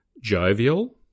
jovial